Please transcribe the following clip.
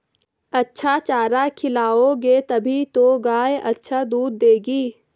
अच्छा चारा खिलाओगे तभी तो गाय अच्छा दूध देगी